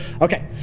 Okay